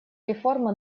реформы